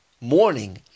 morning